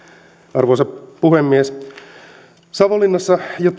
arvoisa puhemies savonlinnassa jo